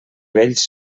vells